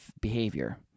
behavior